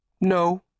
No